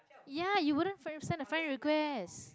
ya you wouldn't fr~ send a friend request